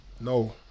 No